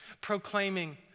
proclaiming